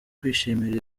kwishimira